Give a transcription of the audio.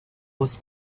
was